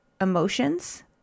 emotions